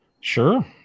sure